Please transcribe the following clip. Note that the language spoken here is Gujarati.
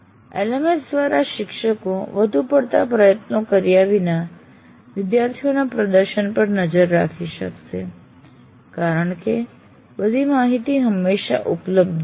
LMS દ્વારા શિક્ષકો વધુ પડતા પ્રયત્નો કર્યા વિના વિદ્યાર્થીઓના પ્રદર્શન પર નજર રાખી શકશે કારણ કે બધી માહિતી હંમેશા ઉપલબ્ધ છે